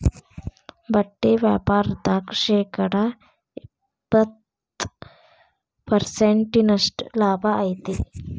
ಬಟ್ಟಿ ವ್ಯಾಪಾರ್ದಾಗ ಶೇಕಡ ಎಪ್ಪ್ತತ ಪರ್ಸೆಂಟಿನಷ್ಟ ಲಾಭಾ ಐತಿ